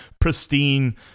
pristine